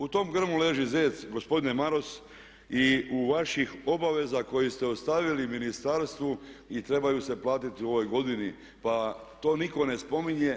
U tom grmu leži zec gospodine Maras i u vaših obaveza koje ste ostavili ministarstvu i trebaju se platiti u ovoj godini, pa to nitko ne spominje.